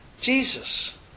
Jesus